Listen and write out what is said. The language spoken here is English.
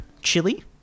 chili